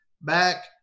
Back